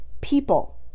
people